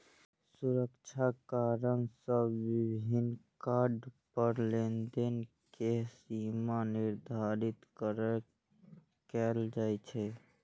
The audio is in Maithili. सुरक्षा कारण सं विभिन्न कार्ड पर लेनदेन के सीमा निर्धारित कैल जाइ छै